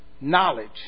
knowledge